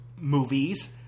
movies